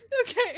Okay